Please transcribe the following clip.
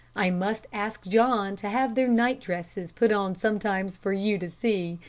i must ask john to have their nightdresses put on sometimes for you to see.